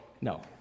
No